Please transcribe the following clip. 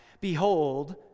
behold